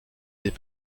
des